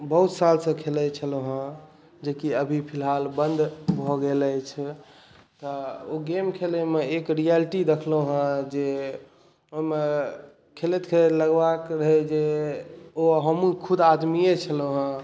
बहुत सालसँ खेलय छलहुॅं हैं जेकि अभी फिलहाल बन्द भऽ गेल अछि तऽ ओ गेम खेलैमे एक रियलिटी देखलहुॅं हैं जे ओहिमे खेलैत खेलैत लगैत रहै जे ओ हमहूँ खुद आदमीये छलहुॅं हैं